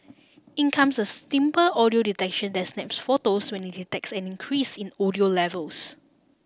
in comes a simple audio detection that snaps photos when it detects an increase in audio levels